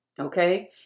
Okay